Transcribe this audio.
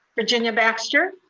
virginia baxter?